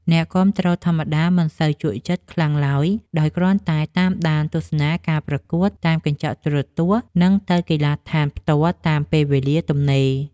អ្នកគាំទ្រធម្មតាមិនសូវជក់ចិត្តខ្លាំងឡើយដោយគ្រាន់តែតាមដានទស្សនាការប្រកួតតាមកញ្ចក់ទូរទស្សន៍ និង ទៅកីឡាដ្ឋានផ្ទាល់តាមពេលវេលាទំនេរ។